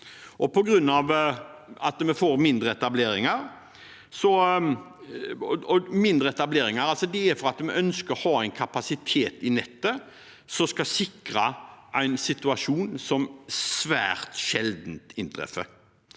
Grunnen til at vi har færre etableringer, er at vi ønsker en kapasitet i nettet som skal sikre en situasjon som svært sjelden inntreffer.